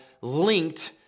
linked